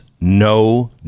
no